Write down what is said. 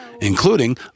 including